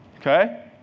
Okay